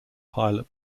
pilot